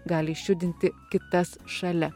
gali išjudinti kitas šalia